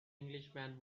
englishman